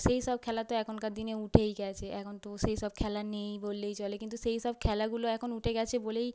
সেই সব খেলা তো এখনকার দিনে উঠেই গিয়েছে এখন তো সেই সব খেলা নেই বললেই চলে কিন্তু সেই সব খেলাগুলো এখন উঠে গিয়েছে বলেই